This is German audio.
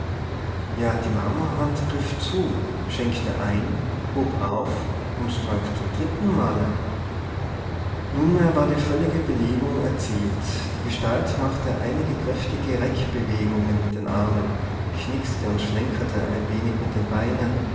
ja die marmorhand griff zu schenkte ein hob auf und trank zum dritten male nunmehr war die völlige belebung erzielt die gestalt machte einige kräftige reckbewegungen mit den armen knickste und schlenkerte ein wenig mit den beinen